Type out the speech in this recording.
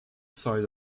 side